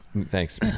thanks